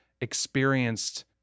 experienced